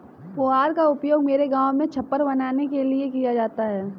पुआल का उपयोग मेरे गांव में छप्पर बनाने के लिए किया जाता है